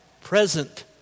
present